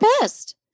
pissed